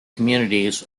communities